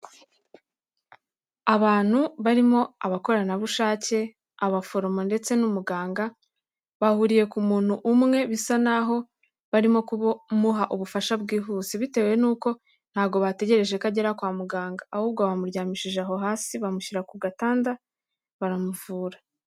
Abantu barimo abakoranabushake, abaforomo ndetse n'umuganga, bahuriye ku muntu umwe bisa naho barimo kumuha ubufasha bwihuse bitewe n'uko ntabwo bategereje ko agera kwa muganga, ahubwo bamuryamishije aho hasi bamushyira ku gatanda baramuvura.